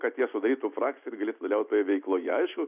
kad jie sudarytų frakciją ir galėtų dalyvaut toje veikloje aišku